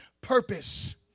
purpose